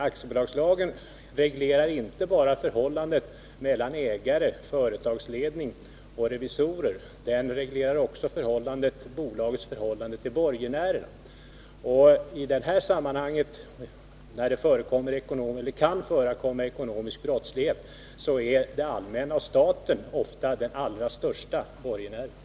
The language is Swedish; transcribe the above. Aktiebolagslagen reglerar inte bara förhållandet mellan ägare, företagsledning och revisorer, den reglerar också bolagets förhållande till borgenären. I detta sammanhang, när det kan förekomma ekonomisk brottslighet, är det allmänna och staten ofta den allra största borgenären.